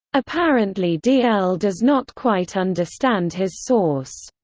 apparently d l. does not quite understand his source.